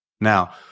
Now